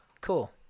Cool